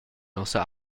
nossa